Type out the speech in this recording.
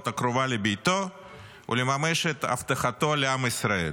הקרובה לביתו ולממש את הבטחתו לעם ישראל.